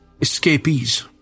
escapees